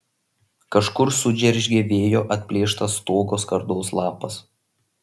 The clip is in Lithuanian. kažkur sudžeržgė vėjo atplėštas stogo skardos lapas